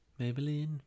Maybelline